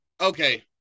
okay